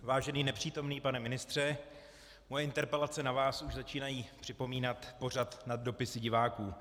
Vážený nepřítomný pane ministře, moje interpelace na vás už začínají připomínat pořad Nad dopisy diváků.